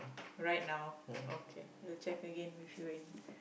right now okay will check again with you in